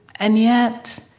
and yet,